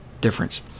difference